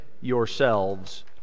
yourselves